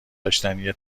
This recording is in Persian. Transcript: داشتنیه